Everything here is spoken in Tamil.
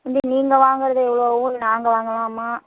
இல்லை நீங்கள் வாங்கறது எவ்வளோ ஆகும் நாங்கள் வாங்கலாமா